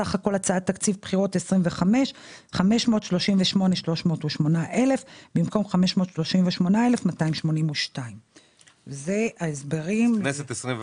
סך כל הצעת תקציב בחירות 25 538,308 במקום 538,282. בכנסת 24,